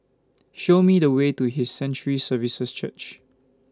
Show Me The Way to His Sanctuary Services Church